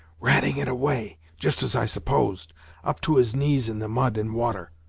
ratting it away, just as i supposed up to his knees in the mud and water,